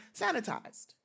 sanitized